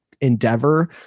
endeavor